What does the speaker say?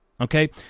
okay